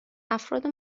افراد